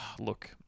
look